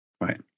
Right